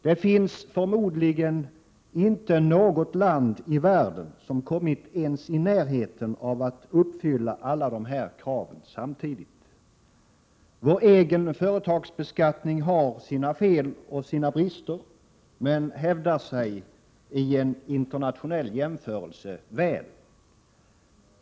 Det finns förmodligen inte något land i världen som ens kommit i närheten av att uppfylla alla dessa krav samtidigt. Vår egen företagsbeskattning har sina fel och brister, men hävdar sig väl i en internationell jämförelse.